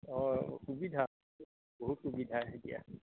অঁ সুবিধা বহুত সুবিধা এতিয়া